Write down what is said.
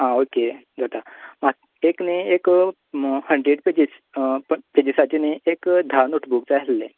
आ okay जाता आ एक न्ही एक म् हंड्रेड पेजीस प पेजिसाची न्ही एक धा नोटबूक जाय आसलें